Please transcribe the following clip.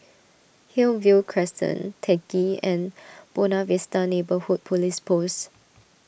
Hillview Crescent Teck Ghee and Buona Vista Neighbourhood Police Post